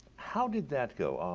how did that go?